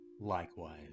likewise